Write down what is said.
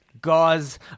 gauze